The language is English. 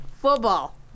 Football